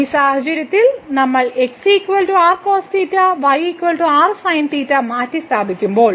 ഈ സാഹചര്യത്തിൽ നമ്മൾ x r cosθ y r sinθ മാറ്റിസ്ഥാപിക്കുമ്പോൾ